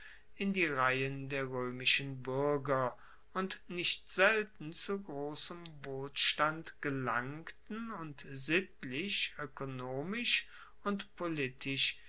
in die reihen der roemischen buerger und nicht selten zu grossem wohlstand gelangten und sittlich oekonomisch und politisch